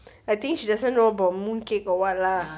I think she doesn't about mooncake or what lah